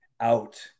out